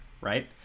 right